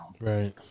Right